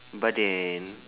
but then